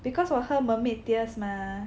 because 我喝 mermaid tears mah